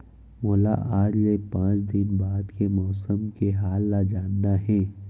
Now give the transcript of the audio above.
मोला आज ले पाँच दिन बाद के मौसम के हाल ल जानना हे?